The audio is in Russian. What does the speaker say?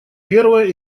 первая